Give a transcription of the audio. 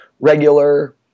regular